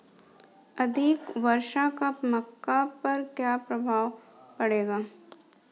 अधिक वर्षा का मक्का पर क्या प्रभाव पड़ेगा?